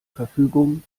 verfügung